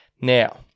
Now